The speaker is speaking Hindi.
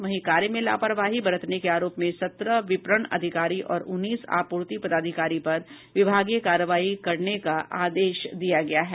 वहीं कार्य में लापरवाही बरतने के आरोप में सत्रह विपणन अधिकारी और उन्नीस आपूर्ति पदाधिकारी पर विभागीय कार्रवाई करने का आदेश दिया गया है